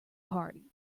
party